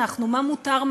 מה מותר,